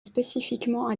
spécifiquement